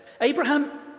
Abraham